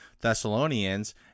Thessalonians